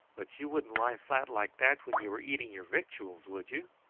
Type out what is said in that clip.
but you wouldn't lie flat like that when you were eating your victuals, would you?